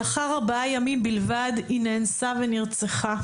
לאחר ארבעה ימים בלבד, היא נאנסה ונרצחה.